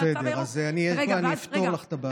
בסדר, אני אפתור לך את הבעיה.